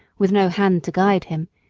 with no hand to guide him,